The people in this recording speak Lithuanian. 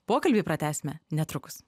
pokalbį pratęsime netrukus